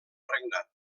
regnat